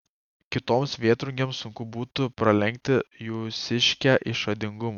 kitoms vėtrungėms sunku būtų pralenkti jūsiškę išradingumu